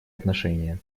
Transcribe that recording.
отношения